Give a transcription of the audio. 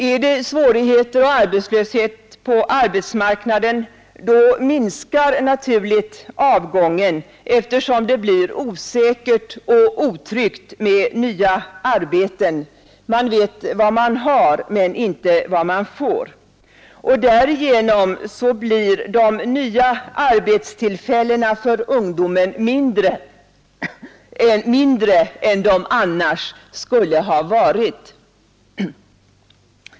Är det svårigheter och arbetslöshet på arbetsmarknaden, minskar naturligtvis avgången, eftersom det blir osäkert och otryggt med nya arbeten; man vet vad man har men inte vad man får. Därigenom blir nya arbetstillfällen för ungdomen färre än de annars skulle ha varit.